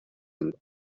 and